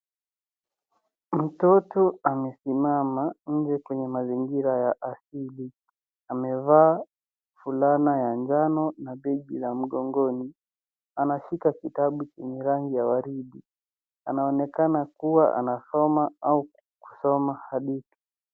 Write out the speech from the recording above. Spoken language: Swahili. Mtoto amesimama nje kwenye mazingira ya ahidi, amevaa fulana ya njano na begi la mgongoni, anashika kitabu chenye rangi ya waridi, anaonekana kua anasoma au kusoma hadithi.